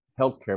healthcare